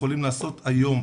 יכולים לעשות היום,